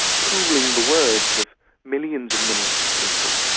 pooling the words of millions and millions of people.